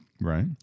Right